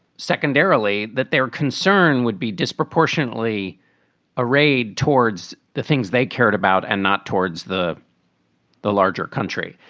secondarily, that their concern would be disproportionately arrayed towards the things they cared about and not towards the the larger country.